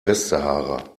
westsahara